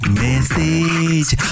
message